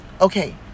okay